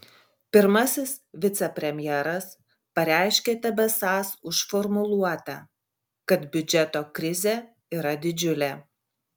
pirmasis vicepremjeras pareiškė tebesąs už formuluotę kad biudžeto krizė yra didžiulė